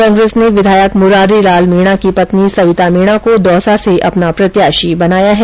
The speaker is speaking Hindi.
कांग्रेस ने विधायक मुरारीलाल मीणा की पत्नी सविता मीणा को दौसा से अपना प्रत्याशी बनाया है